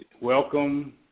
welcome